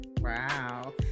Wow